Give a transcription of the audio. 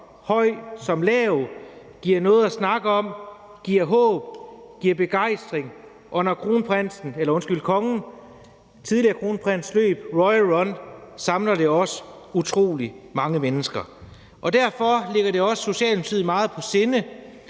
høj som lav, som giver danskerne noget at snakke om, giver håb, giver begejstring. Og når kongen, den tidligere kronprins, løber Royal Run, samler det også utrolig mange mennesker. Derfor ligger det også Socialdemokratiet meget på sinde,